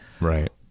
Right